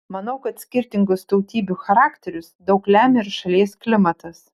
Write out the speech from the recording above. manau kad skirtingus tautybių charakterius daug lemia ir šalies klimatas